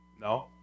No